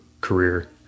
career